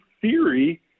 theory